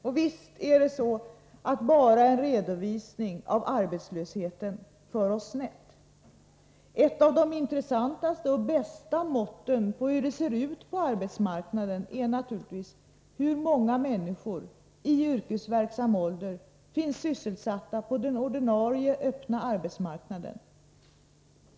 Och visst för oss enbart en redovisning av arbetslösheten snett. Ett av de intressantaste och bästa måtten på hur det ser ut på arbetsmarknaden är naturligtvis hur många människor i yrkesverksam ålder som finns sysselsatta på den ordinarie öppna arbetsmarknaden.